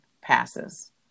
passes